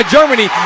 Germany